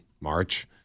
March